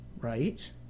right